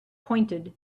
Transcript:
pointed